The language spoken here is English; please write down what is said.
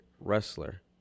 wrestler